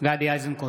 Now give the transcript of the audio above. גדי איזנקוט,